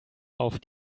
auf